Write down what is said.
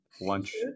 lunch